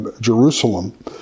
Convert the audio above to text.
Jerusalem